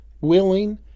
willing